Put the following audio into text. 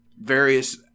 various